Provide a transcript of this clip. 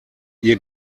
ihr